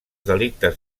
delictes